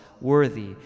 worthy